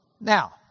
now